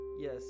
Yes